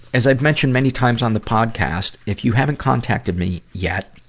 as i've mentioned many times on the podcast, if you haven't contacted me yet,